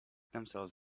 themselves